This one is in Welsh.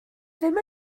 ddim